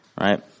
right